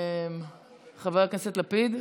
חבר הכנסת לפיד,